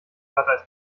glatteis